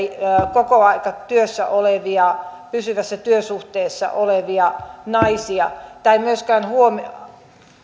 kokoaikatyössä olevia pysyvässä työsuhteessa olevia naisia tämä ei myöskään